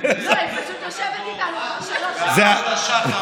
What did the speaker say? היא פשוט יושבת איתנו כבר שלוש שעות,